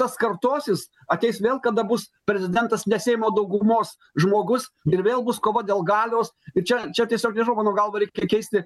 tas kartosis ateis vėl kada bus prezidentas ne seimo daugumos žmogus ir vėl bus kova dėl galios ir čia čia tiesiog mano galva reikia keisti